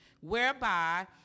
whereby